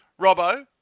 Robbo